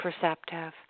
perceptive